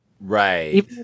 Right